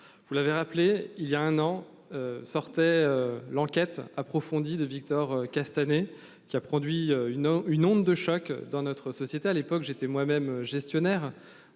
vous l'avez rappelé il y a un an. Sortait l'enquête approfondie de Victor Castanet, qui a produit une une onde de choc dans notre société, à l'époque j'étais moi-même gestionnaire